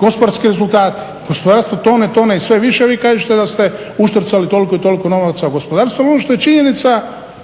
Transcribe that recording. gospodarski rezultati? Gospodarstvo tone i tone sve više, vi kažete da ste uštrcali toliko i toliko novaca gospodarstvu. Ali ono što je činjenica